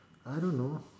I don't know